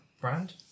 brand